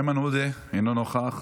איימן עודה, אינו נוכח,